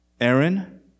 Aaron